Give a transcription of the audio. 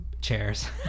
Chairs